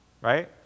Right